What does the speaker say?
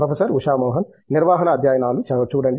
professor Usha Mohan నిర్వహణ అధ్యయనాలు చూడండి